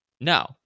no